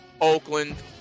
Oakland